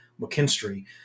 McKinstry